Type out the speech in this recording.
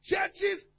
Churches